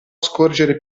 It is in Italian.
scorgere